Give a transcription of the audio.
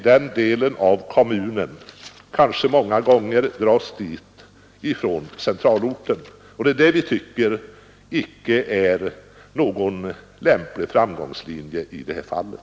Kanske dras de många gånger dit från centralorten i samma kommun, och det tycker vi inte är någon lämplig framgångslinje i det här fallet.